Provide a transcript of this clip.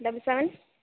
double seven